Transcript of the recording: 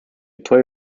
play